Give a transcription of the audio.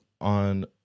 on